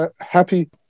happy